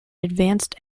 advanced